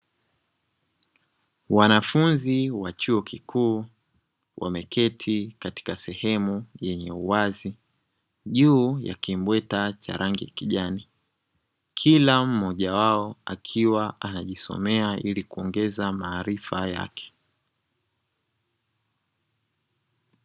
Wanafunzi wa chuo kikuu wameketi katika sehemu yenye uwazi juu ya kimbweta cha rangi kijani, kila mmoja wao akiwa anajisomea ili kuongeza maarifa yake.